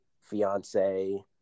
fiance